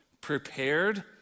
prepared